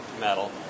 metal